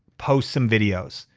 post some videos,